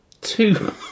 two